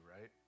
right